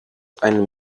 ein